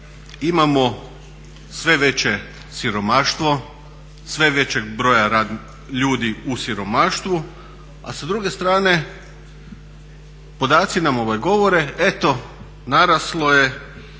imamo sve veće siromaštvo, sve većeg broja ljudi u siromaštvu a sa druge strane podaci nam govore eto naraslo je